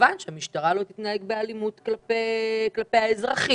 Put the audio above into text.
וכמובן שהמשטרה לא תתנהג באלימות כלפי האזרחים,